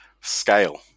Scale